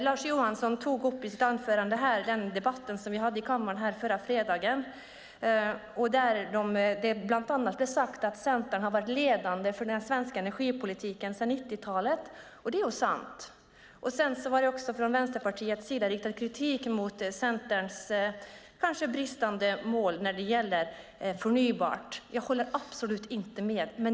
Lars Johansson tog i sitt inlägg upp den debatt vi hade i kammaren förra fredagen, där det bland annat sades att Centern har varit ledande för den svenska energipolitiken sedan 90-talet. Det är sant. Det riktades också från Vänsterpartiets sida kritik mot Centerns kanske bristande mål när det gäller förnybart. Jag håller absolut inte med.